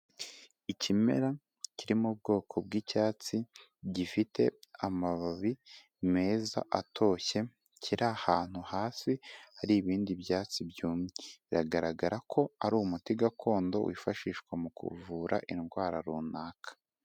Ikimera kiri mu bwoko bw'icyatsi, gifite amababi meza atoshye, kiri ahantu hasi hari ibindi byatsi byumye, biragaragara ko ari umuti gakondo wifashishwa mu kuvura indwara runaka.